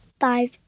five